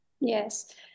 Yes